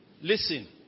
Listen